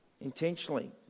Intentionally